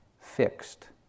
fixed